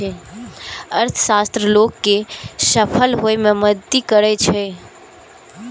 अर्थशास्त्र लोग कें सफल होइ मे मदति करै छै